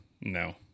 No